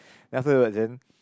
then afterwards then